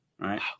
Right